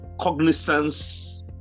cognizance